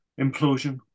implosion